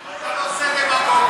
אתה לא עושה דמגוגיה,